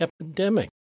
epidemic